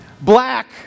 Black